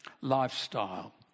Lifestyle